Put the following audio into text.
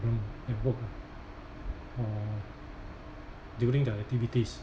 at work ah during the activities